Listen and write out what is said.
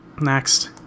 Next